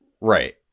Right